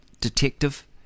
Detective